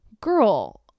girl